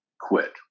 quit